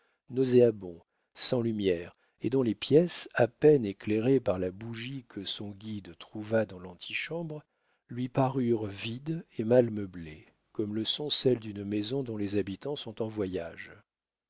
nauséabond sans lumière et dont les pièces à peine éclairées par la bougie que son guide trouva dans l'antichambre lui parurent vides et mal meublées comme le sont celles d'une maison dont les habitants sont en voyage